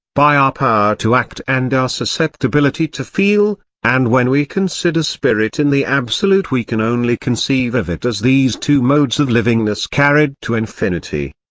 by our power to act and our susceptibility to feel and when we consider spirit in the absolute we can only conceive of it as these two modes of livingness carried to infinity.